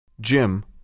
Jim